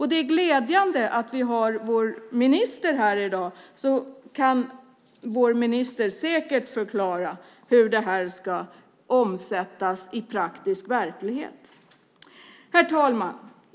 Det är glädjande att vi har vår minister här i dag. Vår minister kan säkert förklara hur det här ska omsättas i praktisk verklighet. Herr talman!